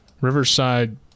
Riverside